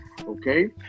Okay